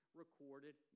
recorded